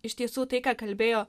iš tiesų tai ką kalbėjo